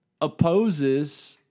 opposes